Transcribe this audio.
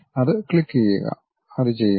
അത് ക്ലിക്കുചെയ്യുക അത് ചെയ്യുക